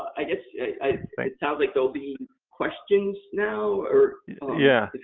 i guess it sounds like there will be questions now or yeah if